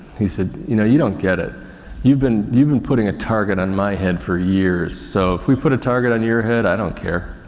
he said you know you don't get it you've been, you've been putting a target on my head for years so if we put a target on your head i don't care.